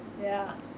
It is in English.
ya